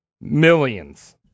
Millions